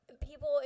people